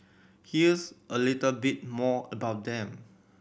here's a little bit more about them